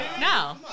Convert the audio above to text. No